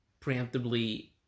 preemptively